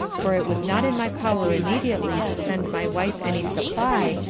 for it was not in my power immediately to send my wife any supply,